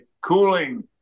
cooling